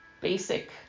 basic